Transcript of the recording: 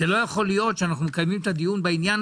לא יכול להיות שאנחנו מקיימים את הדיון בעניין